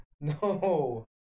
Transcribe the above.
no